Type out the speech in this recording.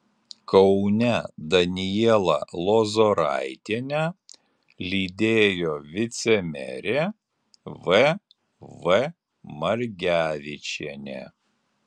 kaune danielą lozoraitienę lydėjo vicemerė v v margevičienė